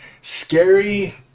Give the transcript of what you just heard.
scary